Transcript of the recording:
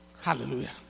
Hallelujah